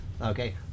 okay